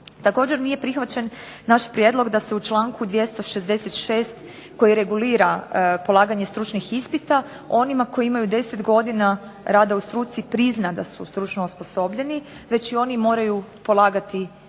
Također nije prihvaćen naš prijedlog da se u članku 266. koji regulira polaganje stručnih ispita onima koji imaju 10 godina rada u struci prizna da su stručno osposobljeni već i oni moraju polagati stručni